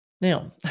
Now